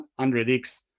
100X